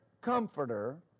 comforter